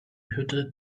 hütte